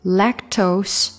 lactose